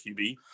QB